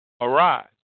arise